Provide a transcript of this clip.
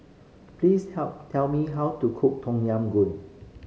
please tell me how to cook Tom Yam Goong